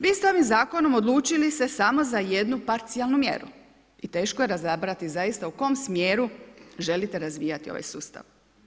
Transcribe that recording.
Vi ste ovim zakonom odlučili se samo za jednu parcijalnu mjeru i teško je razabrati zaista u kojem smjeru želite razvijati ovaj sustav.